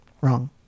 Wrong